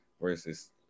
versus